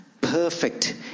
perfect